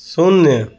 शून्य